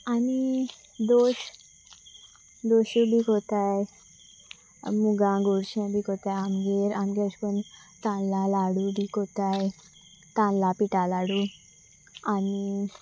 आनी दोश दोशू बी करतात मुगा गोडशें बी करतात आमगेर आमगे अशें करून तांदळा लाडू बी करता तांदळा पिठां लाडू आनी